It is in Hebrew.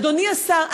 אדוני השר,